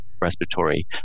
respiratory